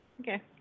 Okay